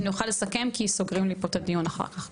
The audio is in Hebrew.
אז דקה כל אחד מכם כדי שנוכל לסכם כי סוגרים לי את הדיון אחר כך.